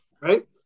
right